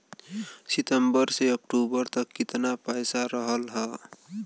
सितंबर से अक्टूबर तक कितना पैसा रहल ह?